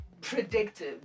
predictive